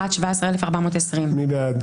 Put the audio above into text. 17,061 עד 17,080. מי בעד?